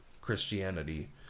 Christianity